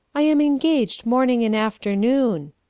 i am engaged morning and afternoon.